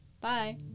Bye